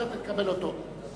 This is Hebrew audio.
תרצה, תקבל אותו.